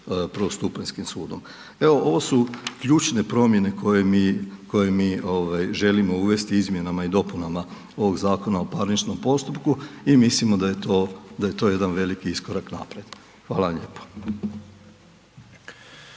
prvostupanjskim sudom. Evo, ovo su ključne promjene koje mi želimo uvesti izmjenama i dopunama ovog Zakona o parničkom postupku i mislimo da je to jedan veliki iskorak napretka. Hvala lijepo.